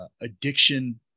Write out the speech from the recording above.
addiction